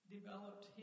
Developed